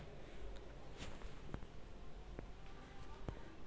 हमरा loan repayment कोन तारीख के करे के परतई?